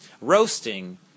Roasting